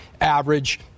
average